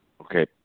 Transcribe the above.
okay